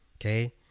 Okay